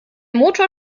motor